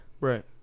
right